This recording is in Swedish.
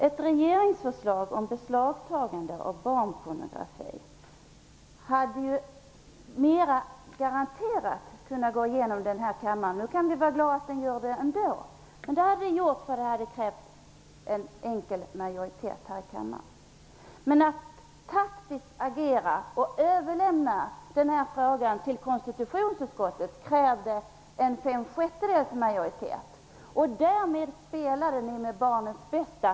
Ett regeringsförslag om beslagtagande av barnpornografi hade lett till att förslaget mer garanterat kunnat gå igenom i kammaren. Nu får vi vara glada att det gör det ändå. Det hade krävt en enkel majoritet här i kammaren. Men att taktiskt agera och överlämna den här frågan till konstitutionsutskottet krävde en majoritet på fem sjättedelar. Därmed spelade ni med barnens bästa.